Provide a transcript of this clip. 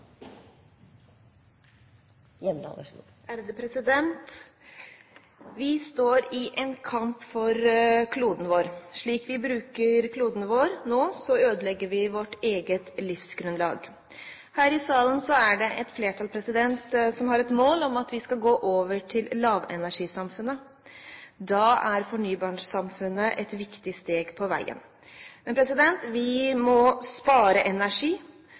en kamp for kloden vår. Slik vi bruker kloden vår nå, ødelegger vi vårt eget livsgrunnlag. Her i salen er det et flertall som har et mål om at vi skal gå over til lavenergisamfunnet. Da er fornybarsamfunnet et viktig steg på veien. Men vi må spare energi,